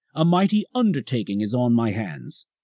a mighty undertaking is on my hands.